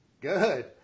Good